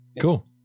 cool